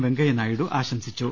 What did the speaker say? വെങ്കയ്യ നായിഡു ആശംസിച്ചു